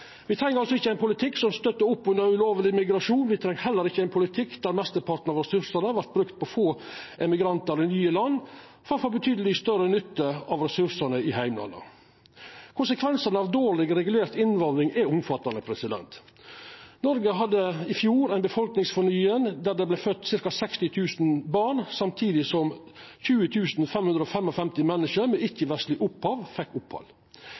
Vi treng ikkje ein politikk som støttar opp under ulovleg migrasjon. Vi treng heller ikkje ein politikk der mesteparten av ressursane vert brukt på få emigrantar i nye land, framfor betydeleg større nytte av ressursane i heimlanda. Konsekvensane av ei dårleg regulert innvandring er omfattande. Noreg hadde i fjor ei «befolkningsfornying» der det blei født ca. 60 000 barn, samtidig som 20 555 menneske med ikkje-vestleg opphav fekk opphald. Dei var med